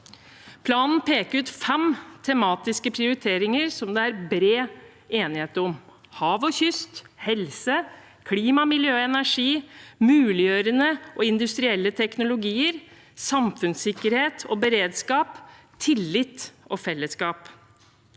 Planen peker ut seks tematiske prioriteringer som det er bred enighet om: – hav og kyst – helse – klima, miljø og energi – muliggjørende og industrielle teknologier – samfunnssikkerhet og beredskap – tillit og fellesskap